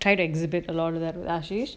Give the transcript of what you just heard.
try to exhibit a lot of that ashey